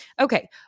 okay